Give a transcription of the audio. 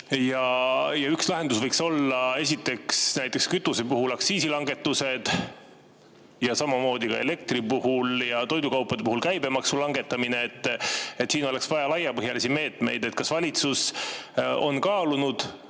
Üks lahendus võiks olla näiteks kütuse puhul aktsiisi langetused, samamoodi ka elektri puhul ja toidukaupade puhul käibemaksu langetamine. Siin oleks vaja laiapõhjalisi meetmeid. Kas valitsus on kaalunud